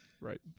Right